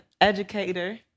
educator